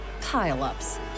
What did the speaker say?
pile-ups